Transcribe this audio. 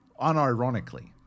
unironically